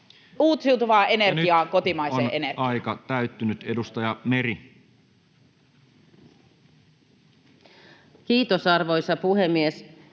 uusiutuvaan energiaan, kotimaiseen energiaan. Ja nyt on aika täyttynyt. — Edustaja Meri. Kiitos, arvoisa puhemies!